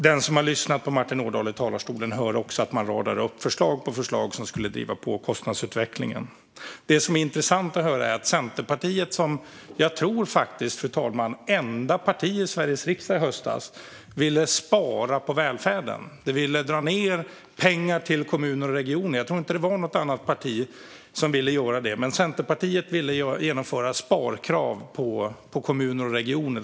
Den som har lyssnat på Martin Ådahl i talarstolen har hört honom rada upp förslag efter förslag som skulle driva på kostnadsutvecklingen. Fru talman! Det är intressant att höra en företrädare för Centerpartiet, som jag faktiskt tror var det enda partiet i Sveriges riksdag i höstas som ville spara på välfärden, dra ned på pengarna till kommuner och regioner och genomföra sparkrav på kommuner och regioner.